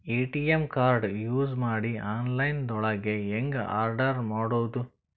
ATM card use ಮಾಡಿ online ದೊಳಗೆ ಹೆಂಗ್ ಆರ್ಡರ್ ಮಾಡುದು?